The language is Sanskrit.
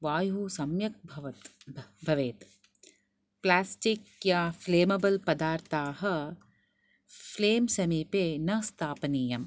वायुः सम्यक् भवत भवेत् प्लास्टिक् वा फ्लेमेबल् पदार्थः फ्लेम् समीपे न स्थापनीयम्